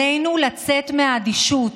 עלינו לצאת מהאדישות.